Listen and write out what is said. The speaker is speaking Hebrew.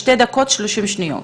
שתי דקות ושלושים שניות.